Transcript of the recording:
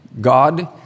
God